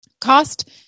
cost